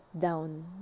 down